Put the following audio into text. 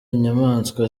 inyamaswa